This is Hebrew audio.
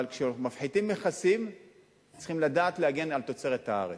אבל כשמפחיתים מכסים צריכים לדעת להגן על תוצרת הארץ.